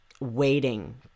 waiting